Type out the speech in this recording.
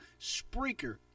Spreaker